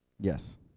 Yes